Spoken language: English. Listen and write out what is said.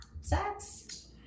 sex